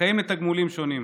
זכאים לתגמולים שונים,